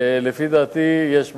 ולדעתי יש מקום,